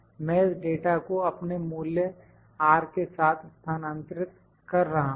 मैं इस डाटा को अपने मूल्य R के साथ स्थानांतरित कर रहा हूं